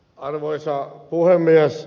arvoisa puhemies